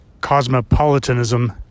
cosmopolitanism